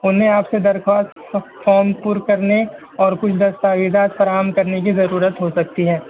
انھیں آپ کے درخواست فارم پر کرنے اور کچھ دستاویزات فراہم کرنے کی ضرورت ہو سکتی ہے